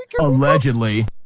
Allegedly